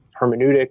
hermeneutic